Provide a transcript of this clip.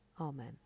Amen